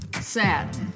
sad